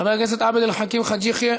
חבר הכנסת עבד אל חכים חאג' יחיא,